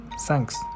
Thanks